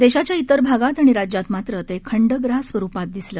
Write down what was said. देशाच्या इतर भागात आणि राज्यात मात्र ते खंडग्रास स्वरुपात दिसलं